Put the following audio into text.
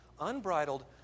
unbridled